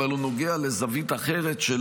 אבל הוא נוגע לזווית אחרת של